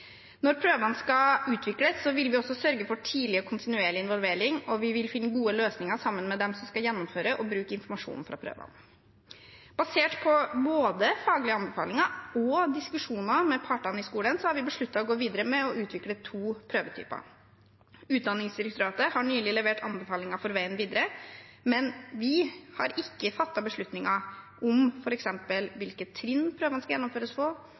Når prøvene skal utvikles, vil vi også sørge for tidlig og kontinuerlig involvering, og vi vil finne gode løsninger sammen med dem som skal gjennomføre og bruke informasjonen fra prøvene. Basert på både faglige anbefalinger og diskusjoner med partene i skolen har vi besluttet å gå videre med å utvikle to prøvetyper. Utdanningsdirektoratet har nylig levert anbefalinger for veien videre, men vi har ikke fattet beslutninger om f.eks. hvilke trinn prøvene skal gjennomføres på,